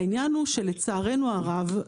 העניין הוא שלצערנו הרב,